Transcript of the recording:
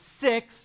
six